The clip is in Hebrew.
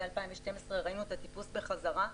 מ-2012 ראינו את הטיפוס בחזרה.